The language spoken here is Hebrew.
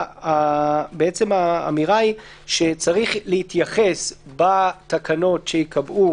האמירה היא שצריך להתייחס בתקנות שייקבעו